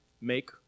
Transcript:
Make